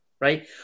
right